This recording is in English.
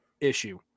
issue